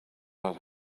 that